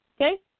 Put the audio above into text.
okay